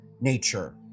nature